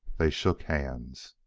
they shook hands.